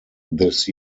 this